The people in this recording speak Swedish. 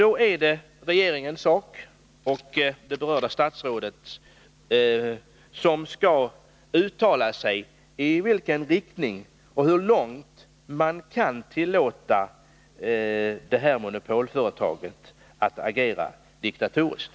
Då är det regeringens sak att ange riktningen, och det berörda statsrådet har att uttala sig om hur långt man kan tillåta detta monopolföretag att agera diktatoriskt.